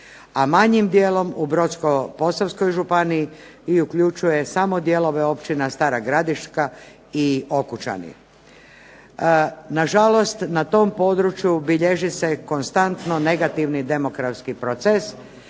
a manjim dijelom u Brodsko-posavskoj županiji i uključuje samo dijelove općina Stara Gradiška i Okučani. Na žalost na tom području bilježi se konstantno negativni demografski proces